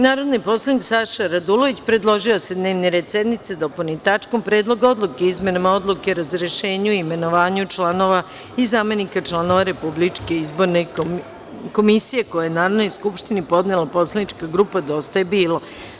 Narodni poslanik Saša Radulović predložio je da se dnevni red sednice dopuni tačkom Predlog odluke o izmenama Odluke o razrešenju i imenovanju članova i zamenika članova Republičke izborne komisije, koji je Narodnoj skupštini podnela poslanička grupa Dosta je bilo.